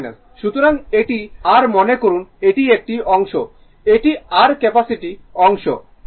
সুতরাং এটি r মনে করুন এটি একটি অংশ এটি r ক্যাপাসিটি অংশ এবং এটি